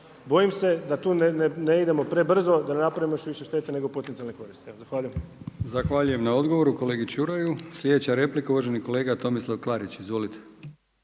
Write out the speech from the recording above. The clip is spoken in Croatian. bojim se da tu ne idemo prebrzo, da ne napravimo još više štete nego potencijale koristi. Evo, zahvaljujem. **Brkić, Milijan (HDZ)** Zahvaljujem na odgovoru kolegi Čuraju. Sljedeća replika uvaženi kolega Tomislav Klarić. Izvolite.